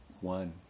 One